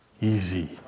easy